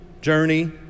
journey